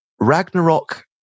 Ragnarok